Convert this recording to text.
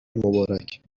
مبارک